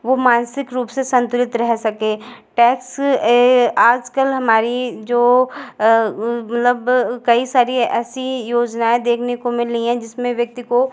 वह मानसिक रूप से संतुलित रह सके टैक्स आजकल हमारी जो मतलब कई सारी ऐसी योजनाएँ देखने को मिल रही है जिसमें व्यक्ति को